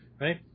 right